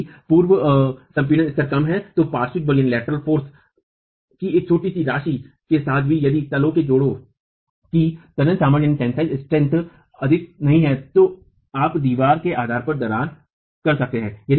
तो यदि पूर्व संपीड़न स्तर कम है तो पार्श्व बल की एक छोटी राशि के साथ भी यदि तलों के जोड़ों की तनन सामर्थ्य अधिक नहीं है तो आप दीवार के आधार पर दरार कर सकते हैं